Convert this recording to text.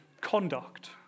Conduct